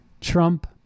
Trump